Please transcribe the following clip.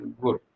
good